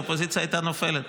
האופוזיציה הייתה נופלת.